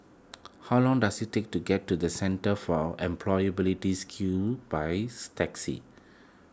how long does it take to get to the Centre for Employability Skills taxi